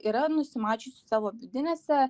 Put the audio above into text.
yra nusimačiusi savo vidinėse